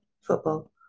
Football